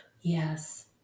Yes